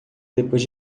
depois